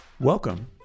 Welcome